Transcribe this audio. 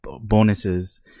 bonuses